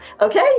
Okay